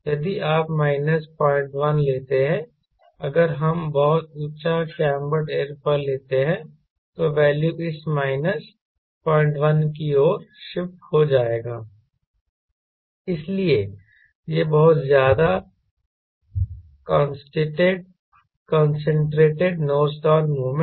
यदि आप माइनस 01 लेते हैं अगर हम बहुत ऊँचा कैंबर्ड एयरोफॉयल लेते हैं तो वैल्यू इस माइनस 01 की ओर शिफ्ट हो जाएगा इसलिए यह बहुत ज्यादा कंसंट्रेटेड नोज डाउन मोमेंट है